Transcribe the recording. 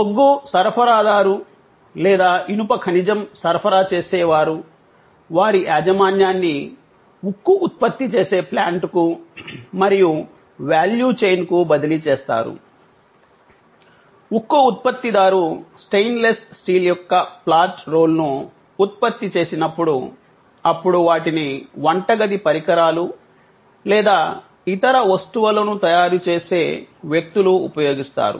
బొగ్గు సరఫరాదారు లేదా ఇనుప ఖనిజం సరఫరా చేసేవారు వారి యాజమాన్యాన్ని ఉక్కు ఉత్పత్తి చేసే ప్లాంట్కు మరియు వాల్యూ చైన్ కు బదిలీ చేస్తారు ఉక్కు ఉత్పత్తిదారు స్టెయిన్లెస్ స్టీల్ యొక్క ఫ్లాట్ రోల్ ను ఉత్పత్తి చేసినప్పుడు అప్పుడు వాటిని వంటగది పరికరాలు లేదా ఇతర వస్తువులను తయారుచేసే వ్యక్తులు ఉపయోగిస్తారు